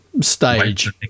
stage